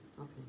okay